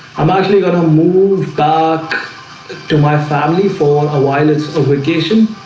i'm actually gonna move back to my family for a while. it's a vacation.